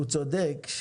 והוא צודק,